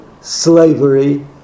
slavery